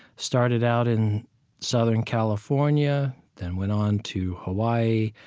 started out in southern california, then went on to hawaii,